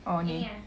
orh